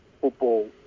football